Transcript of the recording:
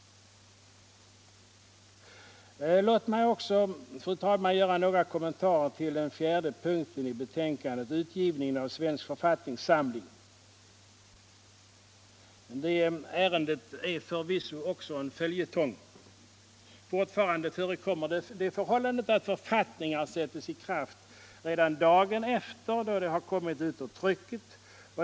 Låt mig också, fru talman, göra några kommentarer till den femte punkten i betänkandet, utgivandet av Svensk författningssamling. Det ärendet är förvisso också en följetong. Fortfarande förekommer det att författningar sätts i kraft redan dagen efter den då de kommit ut från trycket.